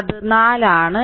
അത് 4 ആണ്